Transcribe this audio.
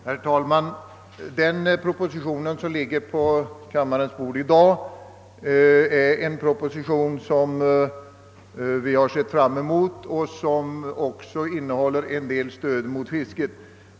Herr talman! Den proposition som i dag ligger på kammarens bord har vi sett fram emot och den innebär också ett visst stöd för fisket.